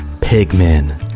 Pigmen